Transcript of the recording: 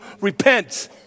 repent